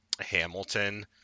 Hamilton